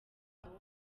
ahubwo